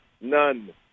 none